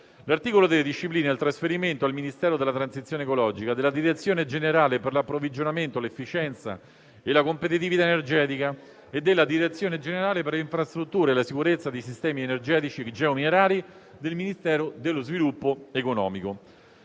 L'articolo 3 disciplina il trasferimento al Ministero della transizione ecologica della Direzione generale per l'approvvigionamento, l'efficienza e la competitività energetica e della Direzione generale per le infrastrutture e la sicurezza dei sistemi energetici e geominerari del Ministero dello sviluppo economico,